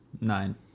Nine